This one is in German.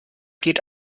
geht